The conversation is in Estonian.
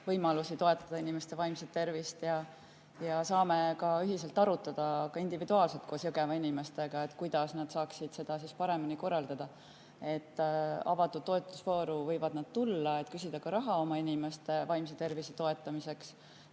võimalusi toetada inimeste vaimset tervist ja saame ühiselt arutada, aga ka individuaalselt koos Jõgeva inimestega, kuidas nad saaksid seda paremini korraldada. Avatud toetusvooru võivad nad tulla, et küsida raha oma inimeste vaimse tervise toetamiseks.